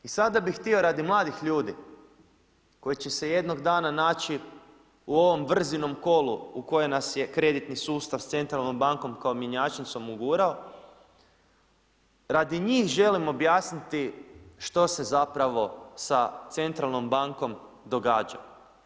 I sada bih htio radi mladih ljudi koji će se jednog dana naći u ovom vrzinom kolu u kojem nas je kreditni sustav s centralnom bankom kao mjenjačnicom ugurao, radi njih želimo objasniti što se zapravo sa centralnom bankom događa.